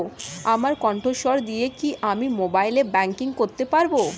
আমার কন্ঠস্বর দিয়ে কি আমি মোবাইলে ব্যাংকিং করতে পারবো?